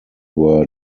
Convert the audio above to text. were